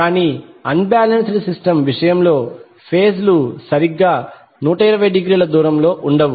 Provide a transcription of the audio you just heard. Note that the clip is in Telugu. కానీ అన్ బాలెన్స్డ్ సిస్టమ్ విషయంలో ఫేజ్ లు సరిగ్గా 120 డిగ్రీల దూరంలో ఉండవు